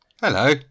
Hello